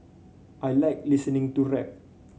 I like listening to rap